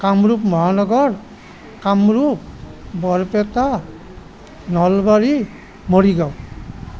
Kamrup Mahanagar Kamrup Barpeta Nalbari Morigaon